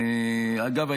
אגב,